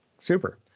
Super